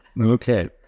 Okay